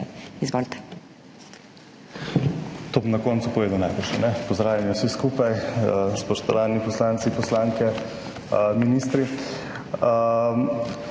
Izvolite.